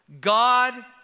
God